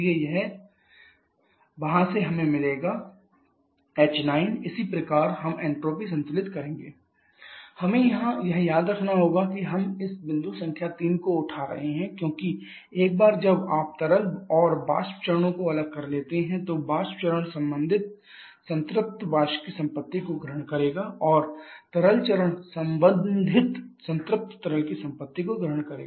इसलिए यह 1 x6h2x6h3h9 वहां से हमें मिलेगा h92551 kJkg इसी प्रकार हम एंट्रोपी संतुलन करेंगे 1 x6s2x6s3s9 हमें यहां यह याद रखना होगा कि हम इस बिंदु संख्या 3 को उठा रहे हैं क्योंकि एक बार जब आप तरल और वाष्प चरणों को अलग कर लेते हैं तो वाष्प चरण संबंधित संतृप्त वाष्प की संपत्ति को ग्रहण करेगा और तरल चरण संबंधित संतृप्त तरल की संपत्ति को ग्रहण करेगा